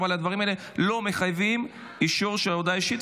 אבל הדברים האלה לא מחייבים אישור של הודעה אישית,